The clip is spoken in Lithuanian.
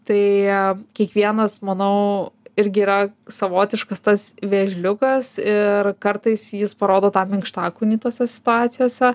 tai kiekvienas manau irgi yra savotiškas tas vėžliukas ir kartais jis parodo tą minkštakūnį tose situacijose